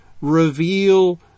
reveal